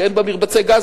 שאין בה מרבצי גז,